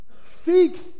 Seek